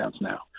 now